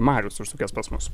marius užsukęs pas mus